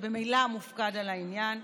שממילא מופקד על העניין.